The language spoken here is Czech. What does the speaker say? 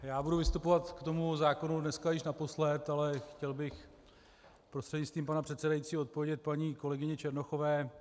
Já budu vystupovat k tomu zákonu dneska již naposled, ale chtěl bych prostřednictvím pana předsedajícího odpovědět paní kolegyni Černochové.